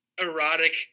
erotic